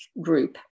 group